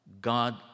God